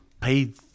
paid